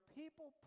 people